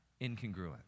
incongruent